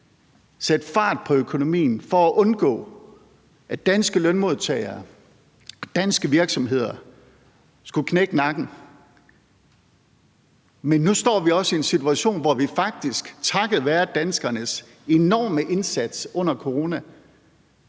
sætte fart på økonomien for at undgå, at danske lønmodtagere, danske virksomheder skulle knække nakken, men nu står vi i en situation, hvor vi faktisk takket være danskernes enorme indsats under corona,